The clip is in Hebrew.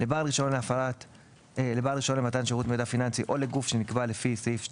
לבעל רישיון למתן שירות מידע פיננסי או לגוף שנקבע לפי סעיף 2(ו),